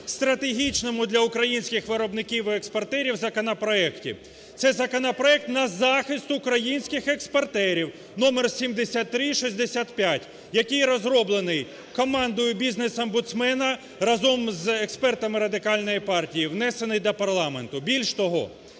стратегічному для українських виробників і експортерів законопроекти. Це законопроект на захист українських експортерів (№ 7365), який розроблений командою бізнес-омбудсмена разом з експертами Радикальної партії, внесений до парламенту. Більше того,